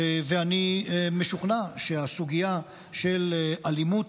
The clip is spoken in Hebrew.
ואני משוכנע שהסוגיה של אלימות,